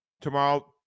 Tomorrow